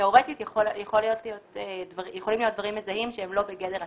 תיאורטית יכולים להיות דברים מזהים שהם לא בגדר הצגה.